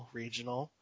Regional